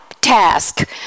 task